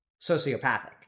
sociopathic